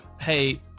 hey